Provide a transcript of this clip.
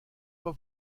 pas